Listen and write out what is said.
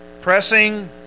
Pressing